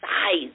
size